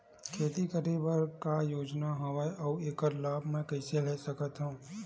खेती करे बर का का योजना हवय अउ जेखर लाभ मैं कइसे ले सकत हव?